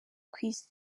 kw’isi